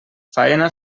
faena